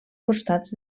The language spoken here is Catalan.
costats